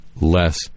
less